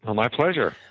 um my pleasure.